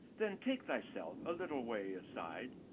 then take thy self a little way a side,